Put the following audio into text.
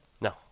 No